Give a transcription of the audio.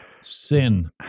sin